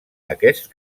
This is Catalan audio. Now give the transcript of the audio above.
aquest